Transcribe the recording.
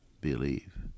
believe